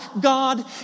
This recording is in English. God